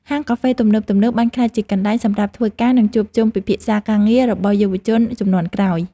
ហាងកាហ្វេទំនើបៗបានក្លាយជាកន្លែងសម្រាប់ធ្វើការ និងជួបជុំពិភាក្សាការងាររបស់យុវជនជំនាន់ក្រោយ។